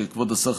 כבוד השר,